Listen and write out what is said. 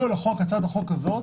על הצעת החוק הזאת,